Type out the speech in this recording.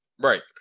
Right